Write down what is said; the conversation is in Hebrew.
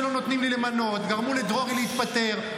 גרמו לדרורי להתפטר,